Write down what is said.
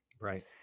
Right